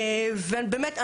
ובאמת,